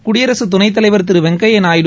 குடியரசுத் துணைத் தலைவர் திரு வெங்கப்பா நாயுடு